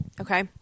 Okay